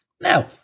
now